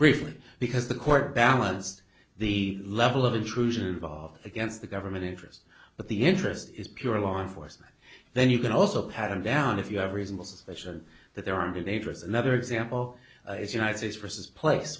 briefly because the court balanced the level of intrusion involved against the government interest but the interest is pure law enforcement then you can also pattern down if you have reasonable suspicion that there are neighbors another example is united states vs place